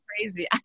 crazy